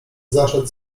zaszedł